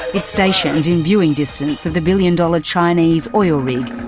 it's stationed in viewing distance of the billion-dollar chinese oil rig.